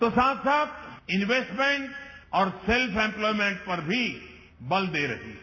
तो साथ साथ इंवेस्टमेंट और सेल्फर इंप्लायमेंट पर भी बल दे रही है